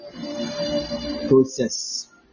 process